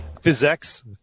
Physics